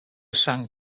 sang